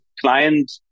client